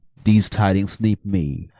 these tidings nip me,